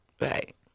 Right